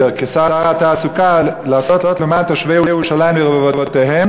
כשר התעסוקה לעשות למען תושבי ירושלים ורבבותיהם